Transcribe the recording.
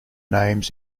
names